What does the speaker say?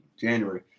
January